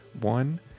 One